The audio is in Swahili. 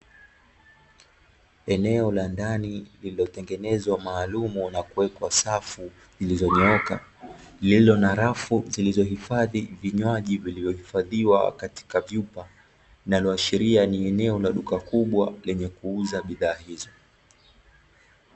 Eneo la ndani lilo tengenezwa maalumu nakuwekwa safu zilizo nyooka, liloo na rafu zilizo hifadhiwa vinywaji vilivyo hifadhiwa katika vyupa. Linalo hashiria ni eneo la duka kubwa lenye kuuza bidhaa hizo.